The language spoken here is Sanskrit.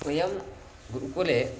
वयं गुरुकुले